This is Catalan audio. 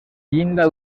llinda